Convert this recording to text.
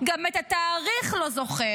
גם את התאריך לא זוכר,